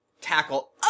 tackle